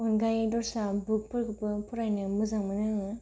अनगायै दस्रा बुकफोरखौबो फरायनो मोजां मोनो आङो